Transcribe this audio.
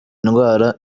indwara